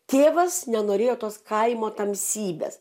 tėvas nenorėjo tos kaimo tamsybės